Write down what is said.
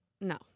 no